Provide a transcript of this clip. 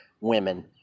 women